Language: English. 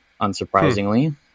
unsurprisingly